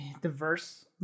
diverse